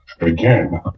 again